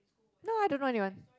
no I don't know anyone